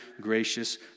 gracious